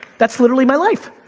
that's literally my life.